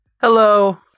Hello